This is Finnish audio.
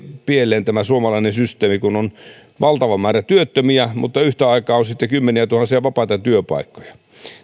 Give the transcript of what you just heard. pieleen tämä suomalainen systeemi kun on valtava määrä työttömiä mutta yhtä aikaa on sitten kymmeniä tuhansia vapaita työpaikkoja